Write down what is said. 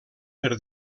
per